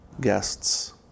guests